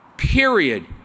Period